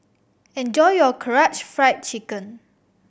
enjoy your Karaage Fried Chicken